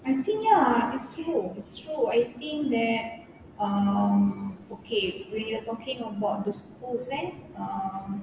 I think ya it's true it's true I think that um okay when you talking about the schools eh um